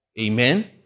Amen